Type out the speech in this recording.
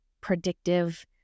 predictive